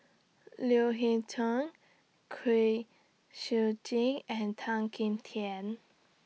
Leo Hee Tong Kwek Siew Jin and Tan Kim Tian